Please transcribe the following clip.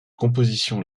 compositions